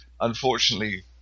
unfortunately